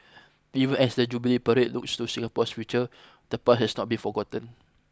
even as the Jubilee parade looks to Singapore's future the part has not be forgotten